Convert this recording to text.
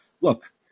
look